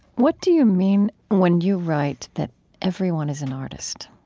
what do you mean when you write that everyone is an artist?